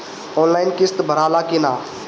Online किस्त भराला कि ना?